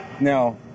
Now